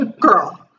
girl